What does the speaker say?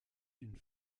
d’une